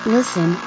Listen